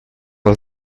нас